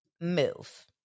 move